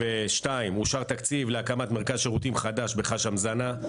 אושר תקציב להקמת מרכז שירותים חדש בחאשם ז'נה.